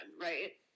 right